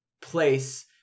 place